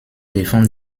befand